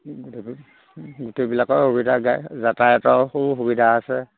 গোটেইবোৰ গোটেইবিলাকৰ সুবিধা গা যাতায়তৰ সু সুবিধা আছে